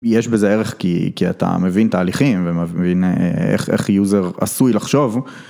יש בזה ערך כי אתה מבין תהליכים ומבין איך יוזר עשוי לחשוב.